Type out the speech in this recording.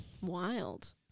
Wild